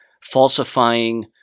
falsifying